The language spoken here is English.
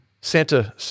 santa